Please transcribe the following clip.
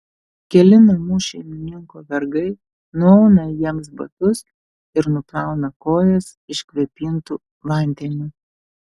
keli namų šeimininko vergai nuauna jiems batus ir nuplauna kojas iškvėpintu vandeniu